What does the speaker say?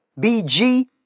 BG